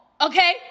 okay